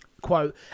quote